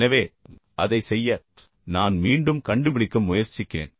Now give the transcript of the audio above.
எனவே அதைச் செய்ய நான் மீண்டும் கண்டுபிடிக்க முயற்சிக்கிறேன்